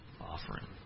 offering